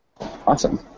Awesome